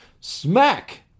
Smack